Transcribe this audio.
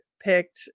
picked